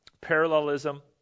Parallelism